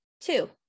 Two